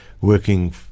working